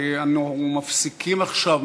אנו מפסיקים עכשיו,